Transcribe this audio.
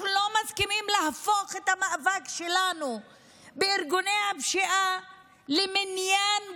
אנחנו לא מסכימים להפוך את המאבק שלנו בארגוני הפשיעה למניין גופות,